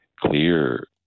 clear